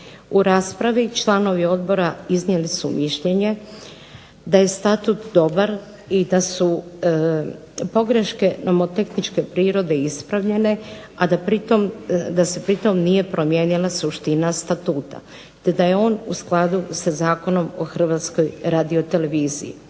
U raspravi članovi Odbora iznijeli su mišljenje da je Statut dobar i da su pogreške nomotehničke prirode izmijenjene a da se pri tom nije promijenila suština Statuta te da je on u skladu sa Zakonom o Hrvatskoj radioteleviziji.